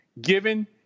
Given